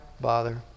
bother